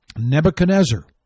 Nebuchadnezzar